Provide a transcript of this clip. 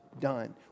done